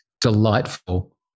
delightful